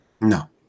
No